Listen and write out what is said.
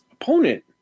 opponent